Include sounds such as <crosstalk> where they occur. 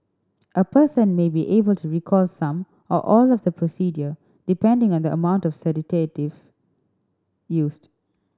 a person may be able to recall some or all of the procedure depending on the amount of <unintelligible> used